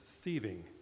thieving